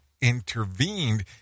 intervened